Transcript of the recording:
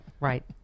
Right